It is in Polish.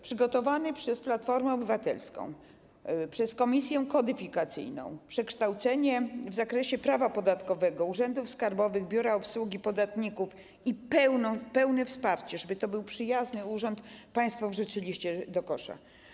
Przygotowane przez Platformę Obywatelską, przez komisję kodyfikacyjną przekształcenie w zakresie prawa podatkowego urzędów skarbowych w biura obsługi podatników, mające na celu, aby to był przyjazny urząd, państwo wyrzuciliście do kosza.